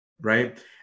Right